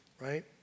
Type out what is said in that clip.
right